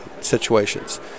situations